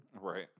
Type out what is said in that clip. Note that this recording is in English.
right